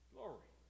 Glory